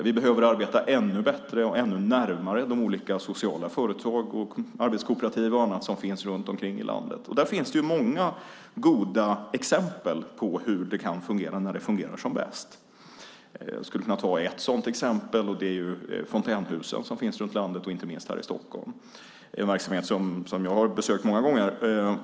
Vi behöver arbeta ännu bättre och ännu närmare de olika sociala företag, arbetskooperativ och annat som finns runt omkring i landet. Där finns många goda exempel på hur det kan fungera när det fungerar som bäst. Jag skulle kunna ta ett sådant exempel. Det är fontänhusen som finns runt om i landet, inte minst här i Stockholm. Det är en verksamhet som jag har besökt många gånger.